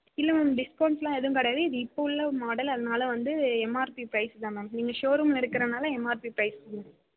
இல்லை மேம் டிஸ்கவுண்ட்ஸெலாம் எதுவும் கிடையாது இது இப்போ உள்ள மாடல் அதனால வந்து எம்ஆர்பி ப்ரைஸ் தான் மேம் நீங்கள் ஷோரூமில் எடுக்கிறனால எம்ஆர்பி ப்ரைஸ் தான் மேம்